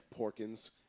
Porkins